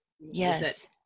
Yes